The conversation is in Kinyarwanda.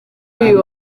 uyu